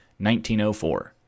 1904